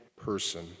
person